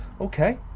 Okay